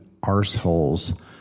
arseholes